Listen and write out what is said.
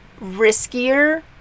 riskier